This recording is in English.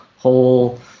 whole